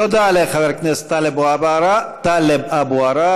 תודה לחבר הכנסת טלב אבו עראר.